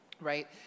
right